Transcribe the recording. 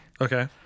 Okay